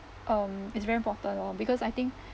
um it's very important lor because I think